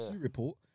report